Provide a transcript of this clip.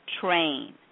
train